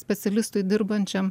specialistui dirbančiam